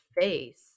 face